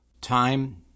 Time